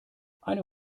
eine